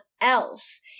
else